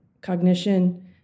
cognition